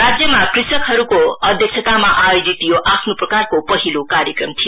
राज्यमा कृषकहरूको अध्यक्षतमा आयोजित यो आफ्नो प्रकारको पहिलो कार्यक्रम थियो